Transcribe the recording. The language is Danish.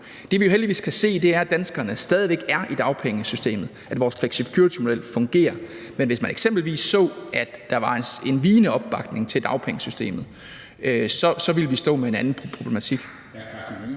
Det, vi jo heldigvis kan se, er, at danskerne stadig væk er i dagpengesystemet, at vores flexicuritymodel fungerer, men hvis man eksempelvis så, at der var en vigende opbakning til dagpengesystemet, ville vi stå med en anden problematik.